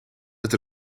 het